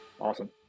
Awesome